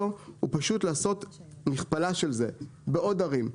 ופשוט לעשות מכפלה של זה בעוד ערים,